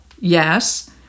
yes